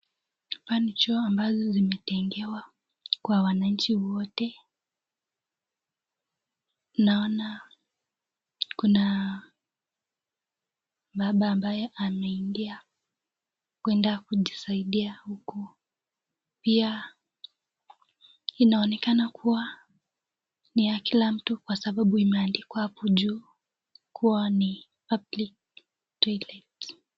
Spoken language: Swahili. Hapa ni choo ambazo zimetengewa kwa wananchi wote. Naona kuna baba ambaye ameingia kwenda kujisaidia huku. Pia inaonekana kuwa ni ya kila mtu kwa sababu imeandikwa hapo juu kuwa ni public toilet.